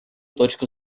точку